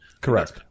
correct